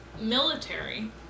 military